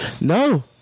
No